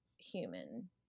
human